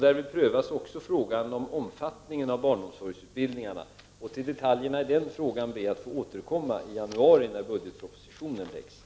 Därvid prövas också frågan om omfattningen av barnomsorgsutbildningarna. Till detaljerna i den frågan ber jag att få återkomma i januari när budgetpropositionen framläggs.